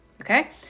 okay